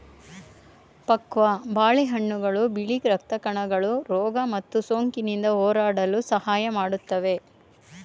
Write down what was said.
ಪಕ್ವ ಬಾಳೆಹಣ್ಣುಗಳು ಬಿಳಿ ರಕ್ತ ಕಣಗಳು ರೋಗ ಮತ್ತು ಸೋಂಕಿನಿಂದ ಹೋರಾಡಲು ಸಹಾಯ ಮಾಡುತ್ವೆ